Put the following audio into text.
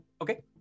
Okay